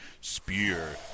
Spear